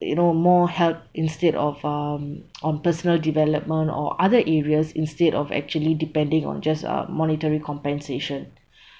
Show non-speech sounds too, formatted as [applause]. you know more help instead of um [noise] on personal development or other areas instead of actually depending on just um monetary compensation [breath]